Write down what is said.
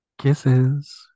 Kisses